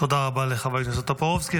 תודה רבה לחבר הכנסת טופורובסקי.